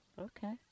Okay